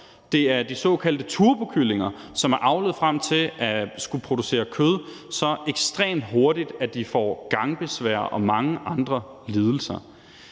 Det er de såkaldte turbokyllinger, som er avlet frem til at skulle producere kød så ekstremt hurtigt, at de får gangbesvær og mange andre lidelser.